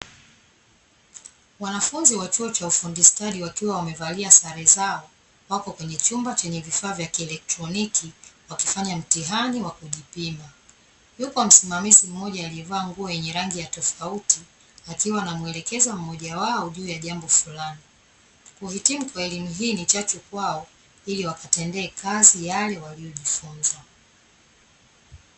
Wanafunzi wa chuo cha ufundi stadi, wakiwa wamevalia sare zao, wakifanya mtihani wa kujipima, yupo msimamizi mmoja aliyevaa nguo yenye rangi ya tofauti, akiwa anamuelekeza mmoja wao juu ya jambo fulani; kuhitimu kwa elimu hii ni chachu kwao ili wakatendee kazi yale waliyojifunza.